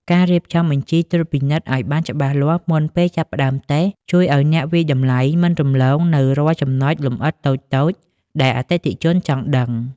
ការរៀបចំបញ្ជីត្រួតពិនិត្យ ឱ្យបានច្បាស់លាស់មុនពេលចាប់ផ្តើមតេស្ត ជួយឱ្យអ្នកវាយតម្លៃមិនរំលងនូវរាល់ចំណុចលម្អិតតូចៗដែលអតិថិជនចង់ដឹង។